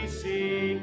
see